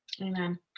Amen